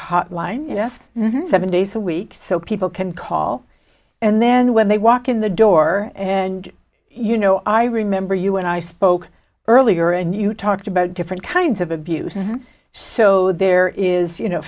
hotline yes seven days a week so people can call and then when they walk in the door and you know i remember you and i spoke earlier and you talked about different kinds of abuse and so there is you know